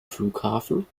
flughafen